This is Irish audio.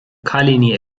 cailíní